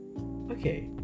Okay